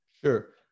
Sure